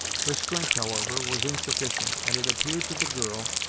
her strength, however, was insufficient, and it appeared to the girl,